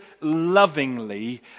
lovingly